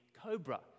cobra